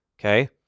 okay